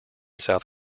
south